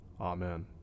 Amen